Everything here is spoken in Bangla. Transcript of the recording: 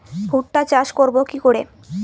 ভুট্টা চাষ করব কি করে?